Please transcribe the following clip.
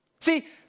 See